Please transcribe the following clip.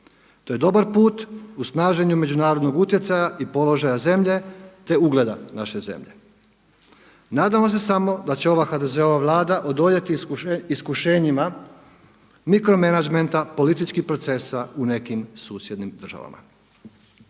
To je dobar put u snaženju međunarodnog utjecaja i položaja zemlje, te ugleda naše zemlje. Nadamo se samo da će ova HDZ-ova vlada odoljeti iskušenjima mikro menadžmenta političkih procesa u nekim susjednim državama.